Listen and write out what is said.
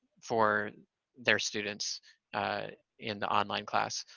for their students in the online class.